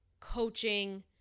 coaching